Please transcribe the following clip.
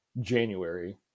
January